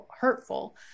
hurtful